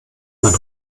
man